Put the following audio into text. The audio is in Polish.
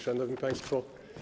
Szanowni Państwo!